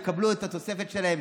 יקבלו את התוספת שלהם,